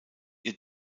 ihr